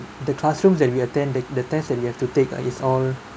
the classroom that we attend the the tests that we have to take is all